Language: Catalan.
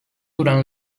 durant